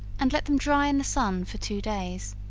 and let them dry in the sun for two days,